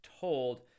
told